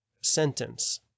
sentence